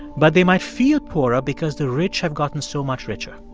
but they might feel poorer because the rich have gotten so much richer